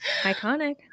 Iconic